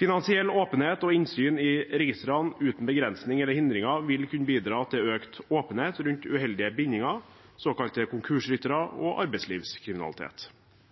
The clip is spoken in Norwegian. Finansiell åpenhet og innsyn i registrene uten begrensning eller hindringer vil kunne bidra til økt åpenhet rundt uheldige bindinger, såkalte konkursryttere og arbeidslivskriminalitet.